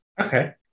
Okay